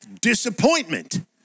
disappointment